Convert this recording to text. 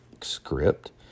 script